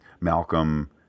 Malcolm